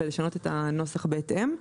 ולשנות את הנוסח בהתאם.